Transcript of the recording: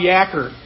Yacker